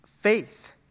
faith